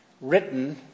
written